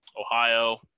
Ohio